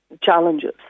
challenges